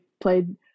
played